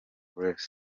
grace